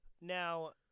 Now